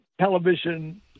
television